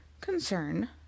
concern